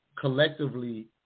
collectively